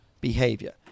behavior